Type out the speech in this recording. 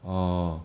uh